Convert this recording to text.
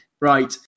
Right